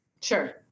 Sure